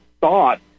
thought